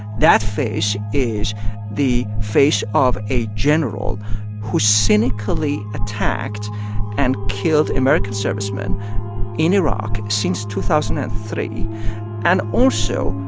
that face is the face of a general who cynically attacked and killed american servicemen in iraq since two thousand and three and also,